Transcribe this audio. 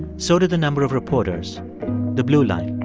so did the number of reporters the blue line.